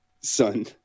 son